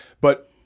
But-